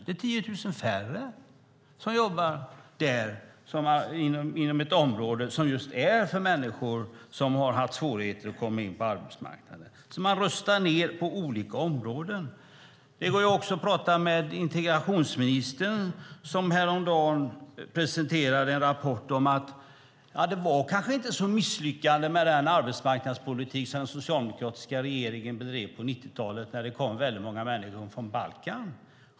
Det är 10 000 färre som jobbar där, inom ett område som just är för människor som har haft svårigheter att komma in på arbetsmarknaden. Man rustar ned på olika områden. Det går också att prata med integrationsministern, som häromdagen presenterade en rapport om att det kanske inte var så misslyckat med den arbetsmarknadspolitik som den socialdemokratiska regeringen bedrev på 90-talet, när det kom väldigt många människor från Balkan.